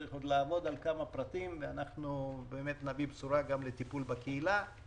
צריך עוד לעבוד על כמה פרטים ואנחנו באמת נביא בשורה גם לטיפול בקהילה.